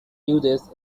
uses